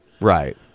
Right